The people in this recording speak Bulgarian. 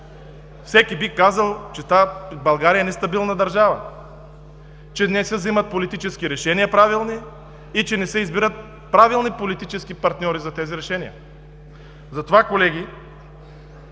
всеки би си казал, че България е нестабилна държава, че не се вземат правилни политически партньори и не се избират правилни политически партньори за тези решения? Затова, колеги,